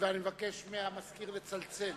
ואני מבקש מהמזכיר לצלצל.